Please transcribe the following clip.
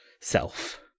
self